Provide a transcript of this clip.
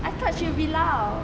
I thought she will be loud